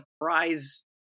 prize